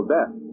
Death